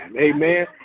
Amen